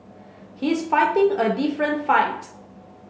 he's fighting a different fight